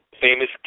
Famous